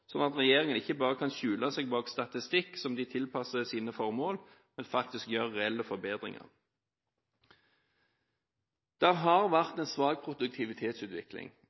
sånn at regjeringen ikke bare kunne skjule seg bak statistikk som de tilpasser sine formål, men faktisk gjorde reelle forbedringer. Det har vært en svak produktivitetsutvikling.